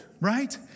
right